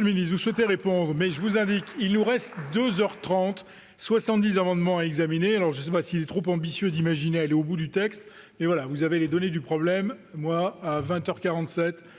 le